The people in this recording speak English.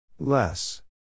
Less